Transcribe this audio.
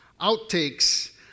outtakes